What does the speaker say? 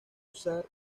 usar